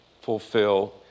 fulfill